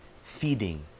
feeding